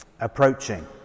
approaching